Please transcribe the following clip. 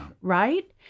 right